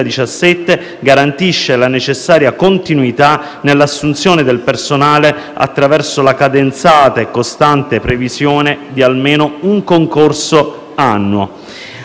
2017, garantisce la necessaria continuità nell'assunzione del personale attraverso la cadenzata e costante previsione di almeno un concorso all'anno.